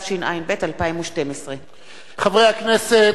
התשע"ב 2012. חברי הכנסת,